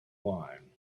wine